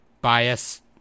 bias